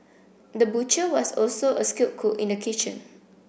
the butcher was also a skilled cook in the kitchen